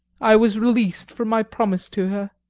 i was released from my promise to her.